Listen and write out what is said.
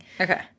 Okay